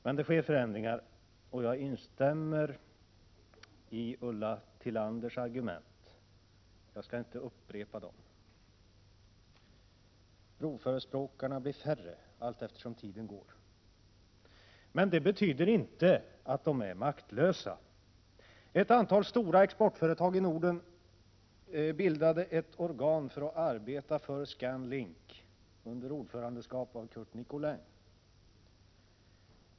Men det sker förändringar, och jag instämmer i Ulla Tillanders argument. Jag skall inte upprepa dem. Broförespråkarna blir färre allteftersom tiden går. Det betyder inte att de är maktlösa. Ett antal stora exportföretag i Norden bildade ett organ för att arbeta för Scan-Link under ordförandeskap av Curt Nicolin.